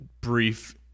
brief